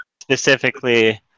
specifically